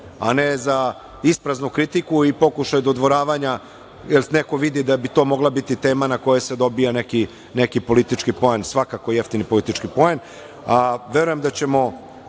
a ne za ispraznu kritiku i pokušaj dodvoravanja jer neko vidi da bi to mogla biti tema na koju se dobija neki politički poen svakako jeftini politički poen,